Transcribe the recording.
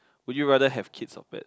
would you rather have kids or pets